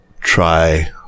try